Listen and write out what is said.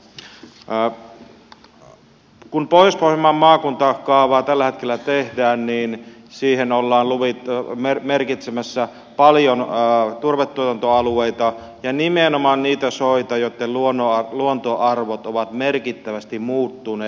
kun pohjois pohjanmaan maakuntakaavaa tällä hetkellä tehdään niin siihen ollaan merkitsemässä paljon turvetuotantoalueita ja nimenomaan niitä soita joitten luontoarvot ovat merkittävästi muuttuneet